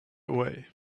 away